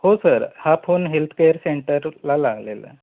हो सर हा phone healthcare सेंटरला लागलेला आहे